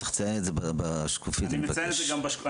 לפודיאטריה,